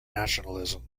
nationalism